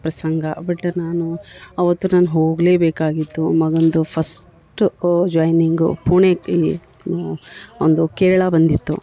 ಪ್ರಸಂಗ ಬಟ್ ನಾನು ಅವತ್ತು ನಾನು ಹೋಗಲೇಬೇಕಾಗಿತ್ತು ಮಗಂದು ಫಸ್ಟ್ ಜಾಯ್ನಿಂಗು ಪುಣೆ ಅವನ್ದು ಕೇರಳ ಬಂದಿತ್ತು